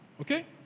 Okay